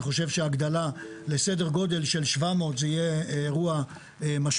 אני חושב שהגדלה לסדר גודל של 700 זה יהיה אירוע משמעותי.